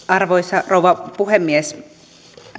arvoisa rouva puhemies